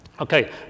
Okay